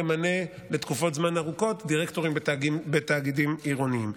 תמנה לתקופות זמן ארוכות דירקטורים בתאגידים עירוניים.